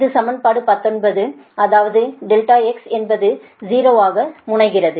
இது சமன்பாடு 19 அதாவது ∆x என்பது 0 ஆக முனைகிறது